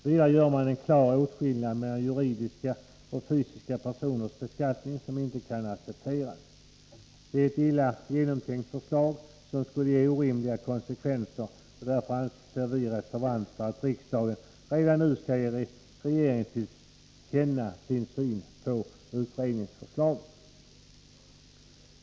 Vidare gör man en klar åtskillnad mellan juridiska och fysiska personers beskattning som inte kan accepteras. Det är ett illa genomtänkt förslag som skulle ge orimliga konsekvenser, och därför anser vi reservanter att riksdagen redan nu skall ge regeringen till känna sin syn på utredningsförslaget.